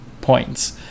points